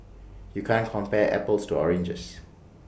you can't compare apples to oranges